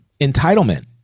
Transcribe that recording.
entitlement